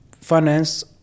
Finance